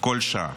כל שעה.